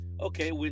okay